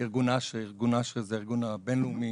ארגון ASHRAE, ארגון ASHRAE זה הארגון הבינלאומי